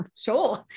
Sure